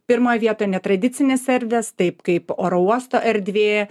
pirmoj vietoj netradicinės erdvės taip kaip oro uosto erdvė